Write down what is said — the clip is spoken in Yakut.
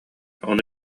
ону